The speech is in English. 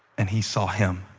and he saw him.